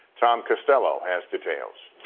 tom costello has details.